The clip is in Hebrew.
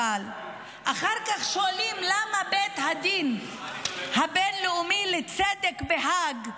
אחר כך שואלים למה בית הדין הבין-לאומי לצדק בהאג,